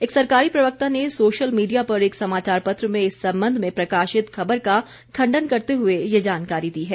एक सरकारी प्रवक्ता ने सोशल मीडिया पर एक समाचार पत्र में इस संबंध में प्रकाशित खबर का खण्डन करते हुए ये जानकारी दी है